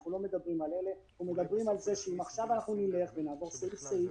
אנחנו מדברים על זה שאם עכשיו נעבור סעיף-סעיף,